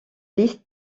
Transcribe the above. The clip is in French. liste